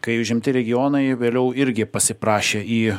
kai užimti regionai vėliau irgi pasiprašė į